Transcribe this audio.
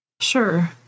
Sure